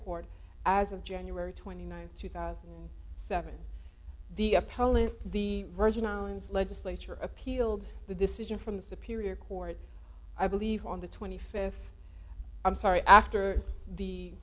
court as of january twenty ninth two thousand and seven the appellant the virgin islands legislature appealed the decision from the superior court i believe on the twenty fifth i'm sorry after the